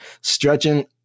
stretching